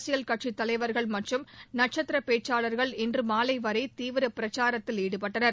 அரசியல் கட்சித் தலைவர்கள் மற்றும் நட்சத்திர பேச்சாளர்கள் இன்று மாலை வரை தீவிர பிரச்சாரத்தில் ஈடுபட்டனர்